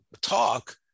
talk